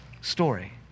story